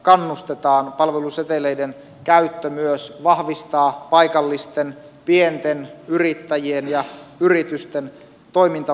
palveluseteleiden käyttö myös vahvistaa paikallisten pienten yrittäjien ja yritysten toimintamahdollisuuksia